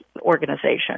organization